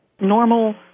normal